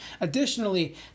Additionally